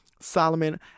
Solomon